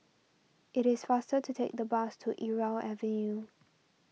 it is faster to take the bus to Irau Avenue